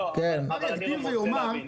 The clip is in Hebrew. לא אבל אני גם רוצה לדעת,